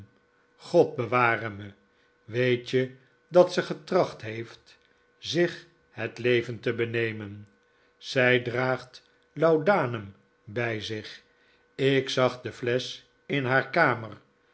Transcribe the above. god bewaar me weet je dat ze getracht heeft zich het leven te benemen zij draagt laudanum bij zich ik zag de flesch in haar kamer